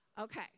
Okay